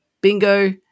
Bingo